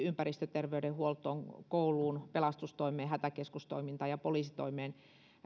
ympäristöterveydenhuoltoon kouluun pelastustoimeen hätäkeskustoimintaan ja poliisitoimeen